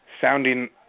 sounding